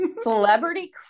Celebrity